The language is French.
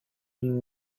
une